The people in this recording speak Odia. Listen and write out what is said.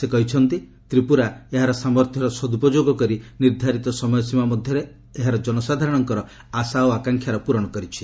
ସେ କହିଛନ୍ତି ତ୍ରିପୁରା ଏହାର ସାମର୍ଥ୍ୟର ସଦୁପଯୋଗ କରି ନିର୍ଦ୍ଧାରିତ ସମୟସୀମା ମଧ୍ୟରେ ଏହାର ଜନସାଧାରଣଙ୍କର ଆଶା ଓ ଆକାଂକ୍ଷାର ପୂରଣ କରିଛି